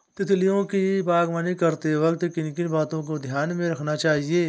तितलियों की बागवानी करते वक्त किन किन बातों को ध्यान में रखना चाहिए?